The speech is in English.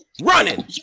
Running